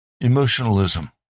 emotionalism